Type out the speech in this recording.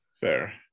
Fair